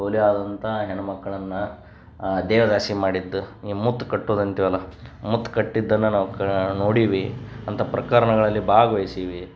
polio ಆದಂಥ ಹೆಣ್ಮಕ್ಳನ್ನು ದೇವದಾಸಿ ಮಾಡಿದ್ದು ಈ ಮುತ್ತು ಕಟ್ಟೋದ್ ಅಂತೀವಲ್ವ ಮುತ್ತು ಕಟ್ಟಿದ್ದನ್ನು ನಾವು ಕ ನೋಡೀವಿ ಅಂಥ ಪ್ರಕರ್ಣಗಳಲ್ಲಿ ಭಾಗ್ವಹ್ಸೀವಿ